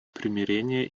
примирения